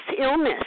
illness